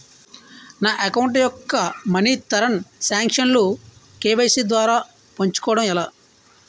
నా అకౌంట్ యెక్క మనీ తరణ్ సాంక్షన్ లు కే.వై.సీ ద్వారా పెంచుకోవడం ఎలా?